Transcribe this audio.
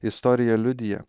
istorija liudija